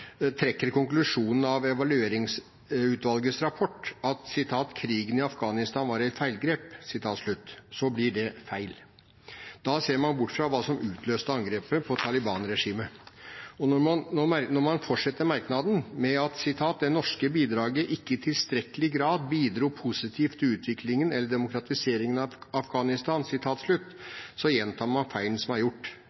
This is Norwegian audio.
trekker den konklusjonen av evalueringsutvalgets rapport at «krigen i Afghanistan var et feilgrep», blir det feil. Da ser man bort fra hva som utløste angrepet på Taliban-regimet. Og når man fortsetter merknaden med at «det norske bidraget ikke i tilstrekkelig grad bidro positivt til utvikling eller demokratisering i Afghanistan»,